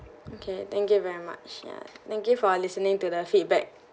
okay thank you very much ya thank you for listening to the feedback